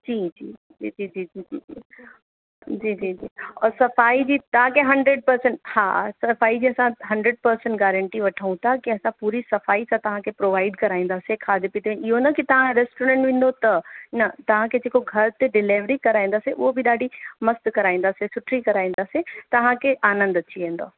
जी जी जी जी जी जी जी जी जी जी औरि सफ़ाई जी तव्हांखे हंड्रेड परसेंट हा सफ़ाई जी असां हंड्रेड परसेंट गारंटी वठूं था की असां पूरी सफ़ाई सां तव्हांखे प्रोवाइड कराईंदासीं खादे पीते इहो न की तव्हां रेस्टोरेंट में ईंदव त न तव्हांखे जेको घर ते डिलीवरी कराईंदासीं उहो बि ॾाढी मस्त कराईंदासीं सुठी कराईंदासीं तव्हांखे आनंद अची वेंदव